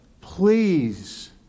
please